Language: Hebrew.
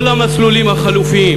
כל המסלולים החלופיים